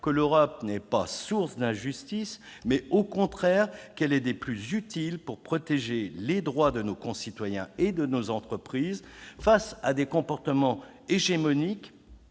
que l'Europe n'est pas source d'injustice, mais qu'elle est au contraire des plus utiles pour protéger les droits de nos concitoyens et de nos entreprises face aux comportements hégémoniques